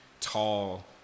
tall